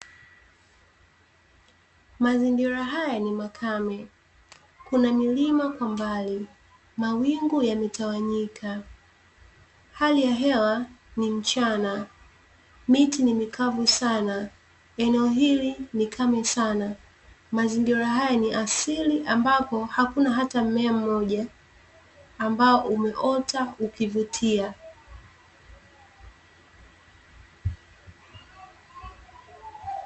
Mazingira haya ni makame, kuna milima kwa mbali mawingu yametawanyika. Hali ya hewa ni mchana miti ni mikavu sana, eneo hili ni kame sana. Mazingira haya ni asili ambapo hakuna hata mmea mmoja ambao umeota ukivutia.